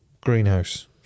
greenhouse